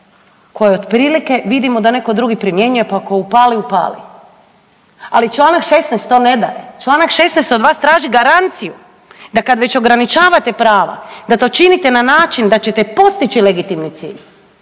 koje otprilike vidimo da neko drugi primjenjuje pa ako upali, upali. Ali čl. 16. to ne daje, čl. 16. od vas traži garanciju da kad već ograničavate prava da to činite na način da ćete postići legitimni cilj,